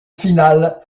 finale